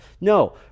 No